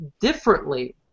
differently